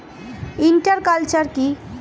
Inter culture কি?